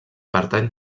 pertany